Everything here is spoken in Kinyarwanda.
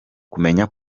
kumenya